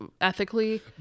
ethically